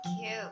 cute